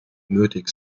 nötig